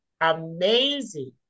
amazing